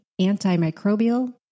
antimicrobial